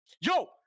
Yo